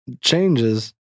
changes